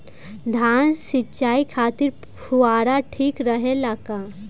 धान सिंचाई खातिर फुहारा ठीक रहे ला का?